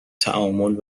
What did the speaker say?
تعامل